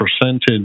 percentage